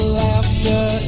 laughter